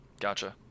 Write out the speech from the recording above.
Gotcha